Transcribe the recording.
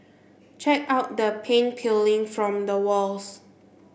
check out the paint peeling from the walls